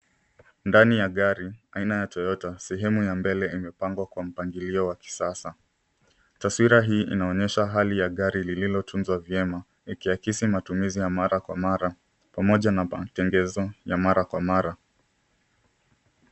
Ndani ya gari aina ya Toyota sehemu ya mbele imepangwa kwa mpangilio wa kisasa. Taswira hii inaonyesha hali ya gari lililotunzwa vyema ikiakisi matumizi ya mara kwa mara pamoja na matengenezo ya mara kwa mara.